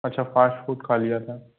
अच्छा fast food खा लिया था